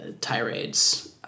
tirades